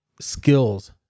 skills